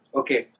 okay